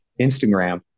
instagram